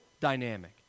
dynamic